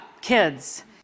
kids